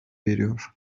veriyor